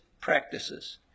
practices